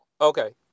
Okay